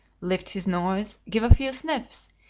lift his nose, give a few sniffs,